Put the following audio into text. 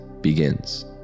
begins